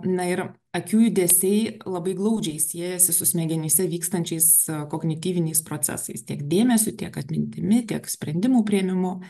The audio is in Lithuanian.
na ir akių judesiai labai glaudžiai siejasi su smegenyse vykstančiais kognityviniais procesais tiek dėmesiu tiek atmintimi tiek sprendimų priėmimu